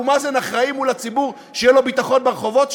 אבו מאזן אחראי מול הציבור שיהיה לו ביטחון ברחובות,